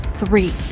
three